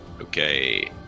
okay